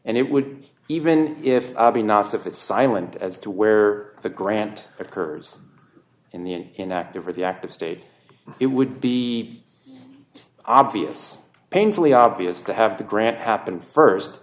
and it would even if be nice if it's silent as to where the grant occurs in the inactive or the active state it would be obvious painfully obvious to have the grant happened first